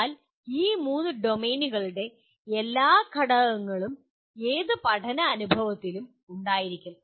എന്നാൽ ഈ മൂന്ന് ഡൊമെയ്നുകളുടെ എല്ലാ ഘടകങ്ങളും ഏത് പഠന അനുഭവത്തിലും ഉണ്ടായിരിക്കും